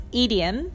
idiom